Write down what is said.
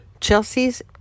Chelsea's